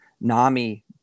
NAMI